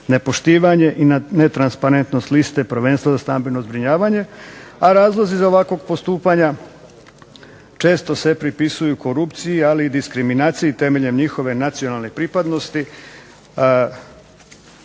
nepoštivanje i netransparentnost liste prvenstva za stambeno zbrinjavanje, a razlozi ovakvog postupanja često se pripisuju korupciji ali i diskriminaciji temeljem njihove nacionalne pripadnosti